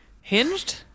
Hinged